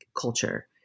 culture